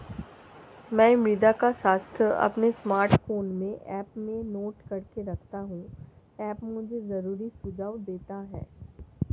मैं मृदा का स्वास्थ्य अपने स्मार्टफोन में ऐप में नोट करके रखता हूं ऐप मुझे जरूरी सुझाव देता है